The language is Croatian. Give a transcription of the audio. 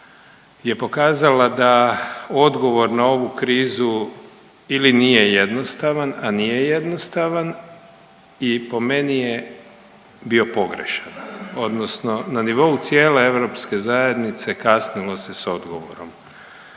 je pokazala da odgovor na ovu krizu ili nije jednostavan, a nije jednostavan i po meni je bio pogrešan odnosno na nivou cijele europske zajednice kasnilo se s odgovorom.